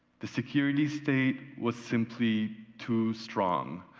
the security state was simply too strong.